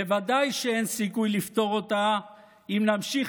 בוודאי שאין סיכוי לפתור אותה אם נמשיך